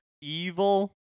evil